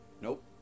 Nope